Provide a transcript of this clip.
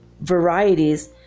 varieties